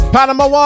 Panama